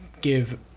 give